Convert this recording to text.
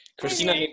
Christina